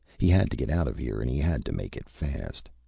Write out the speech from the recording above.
he had to get out of here and he had to make it fast.